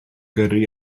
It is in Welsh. gyrru